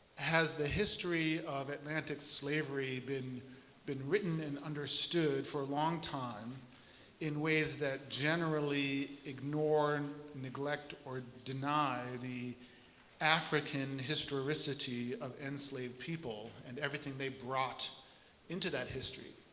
the history of atlantic slavery been been written and understood for a long time in ways that generally ignore, neglect or deny the african historicity of enslaved people and everything they brought into that history.